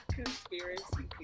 conspiracy